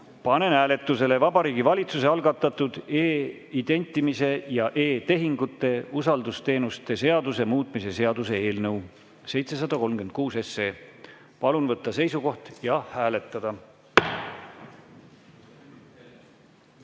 panen hääletusele Vabariigi Valitsuse algatatud e‑identimise ja e‑tehingute usaldusteenuste seaduse muutmise seaduse eelnõu 736. Palun võtta seisukoht ja hääletada!